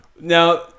Now